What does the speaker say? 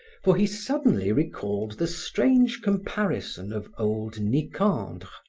for he suddenly recalled the strange comparison of old nicandre,